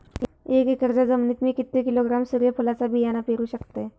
एक एकरच्या जमिनीत मी किती किलोग्रॅम सूर्यफुलचा बियाणा पेरु शकतय?